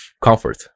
comfort